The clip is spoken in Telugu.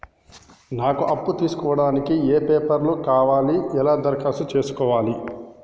నాకు అప్పు తీసుకోవడానికి ఏ పేపర్లు కావాలి ఎలా దరఖాస్తు చేసుకోవాలి?